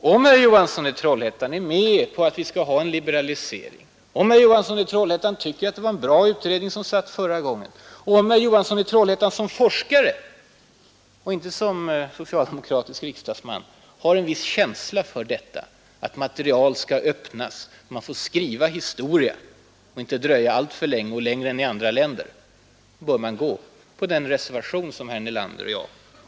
Om herr Johansson i Trollhättan är med på en liberalisering, om han tycker att det var en bra utredning vi hade förra gången, och om herr Johansson som forskare har en vissa känsla för att arkiv bör öppnas så att man får skriva historia utan att dröja längre än i andra länder, så bör han stödja herr Nelanders